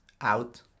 out